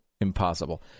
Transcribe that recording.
impossible